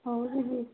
ହଉ ଯିବି